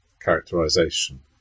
characterisation